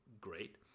great